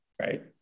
Right